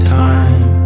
time